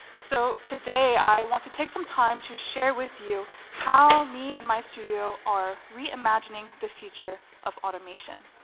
so today i want to take some time to share with you how me and my studio are reimagining the future of automation.